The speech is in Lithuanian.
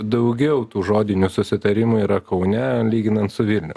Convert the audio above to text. daugiau tų žodinių susitarimų yra kaune lyginant su vilniumi